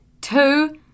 Two